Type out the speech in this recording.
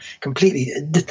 completely